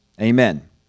amen